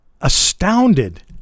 astounded